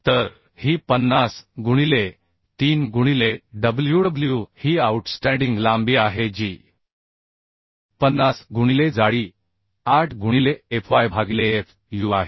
तर ही 50 गुणिले 3 गुणिले WW ही आऊटस्टँडिंग लांबी आहे जी 50 गुणिले जाडी 8 गुणिले Fy भागिलेFuआहे